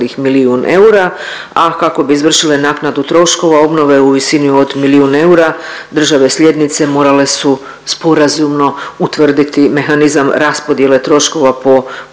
a kako bi izvršile naknadu troškova obnove u visini od milijun eura, države slijednice morale su sporazumno utvrditi mehanizam raspodjele troškova po pojedinoj